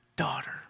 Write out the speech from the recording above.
daughter